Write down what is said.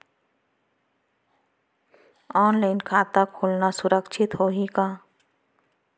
Online खाता खोलना सुरक्षित होही का?